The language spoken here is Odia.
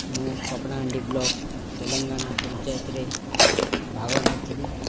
ମୁଁ ପାପଡ଼ାହାଣ୍ଡି ବ୍ଲକ୍ ତେଲେଙ୍ଗାନା ପଞ୍ଚାୟତରେ ଭାଗ ନେଇଥିଲି